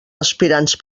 aspirants